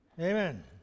Amen